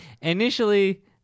Initially